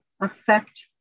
affect